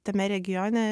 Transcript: tame regione